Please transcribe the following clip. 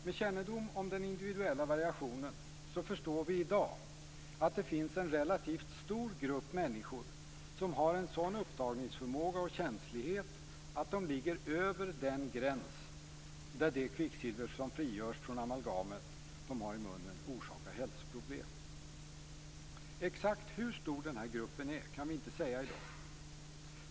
Med kännedom om den individuella variationen förstår vi i dag att det finns en relativt stor grupp människor som har en sådan upptagningsförmåga och känslighet att de ligger över den gräns där det kvicksilver som frigörs från det amalgam de har i munnen orsakar hälsoproblem. Exakt hur stor den gruppen är kan vi inte säga i dag.